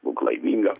būk laiminga